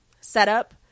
setup